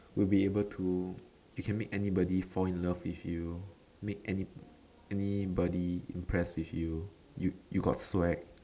would be able to you can make anybody fall in love with you make any anybody impressed with you you you got swag